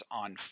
on